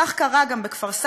כך קרה גם בכפר-סבא,